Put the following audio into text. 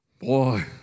Boy